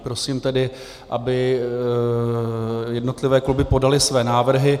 Prosím tedy, aby jednotlivé kluby podaly své návrhy.